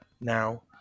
now